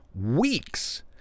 weeks